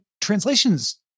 translation's